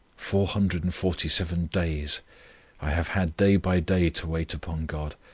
four hundred and forty seven days i have had day by day to wait upon god,